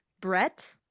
brett